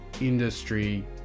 industry